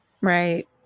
Right